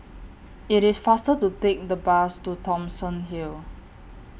IT IS faster to Take The Bus to Thomson Hill